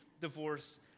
divorce